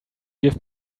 give